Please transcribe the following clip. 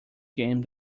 game